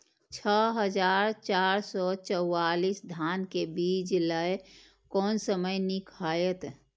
छः हजार चार सौ चव्वालीस धान के बीज लय कोन समय निक हायत?